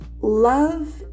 Love